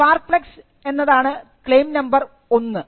spark plugs എന്നതാണ് claim number 1